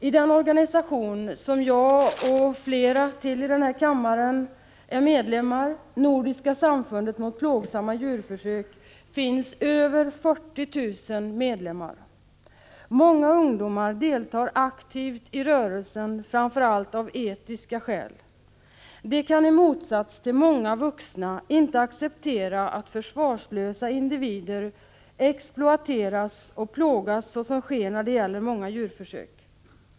I den organisation som jag själv och flera till här i kammaren tillhör — Nordiska samfundet mot plågsamma djurförsök — finns mer än 40 000 medlemmar. Många ungdomar deltar aktivt i rörelsen, framför allt av etiska skäl. De kan i motsats till många vuxna inte acceptera att försvarslösa individer exploateras och plågas så som sker när det gäller många djurförsök.